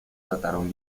trataron